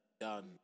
done